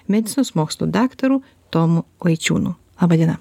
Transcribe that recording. medicinos mokslų daktaru tomu vaičiūnu laba diena